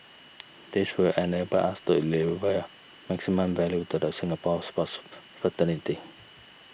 this will enable us to deliver maximum value to the Singapore sports fraternity